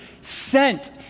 sent